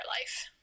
life